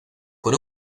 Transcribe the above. con